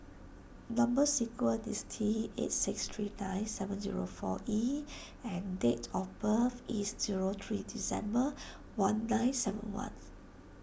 Number Sequence is T eight six three nine seven zero four E and date of birth is zero three December one nine seven one